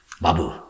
Babu